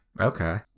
okay